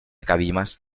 cabimas